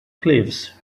cliffs